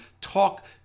Talk